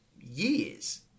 years